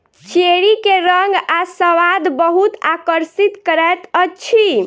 cherry के रंग आ स्वाद बहुत आकर्षित करैत अछि